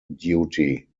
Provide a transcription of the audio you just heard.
duty